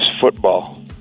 football